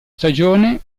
stagione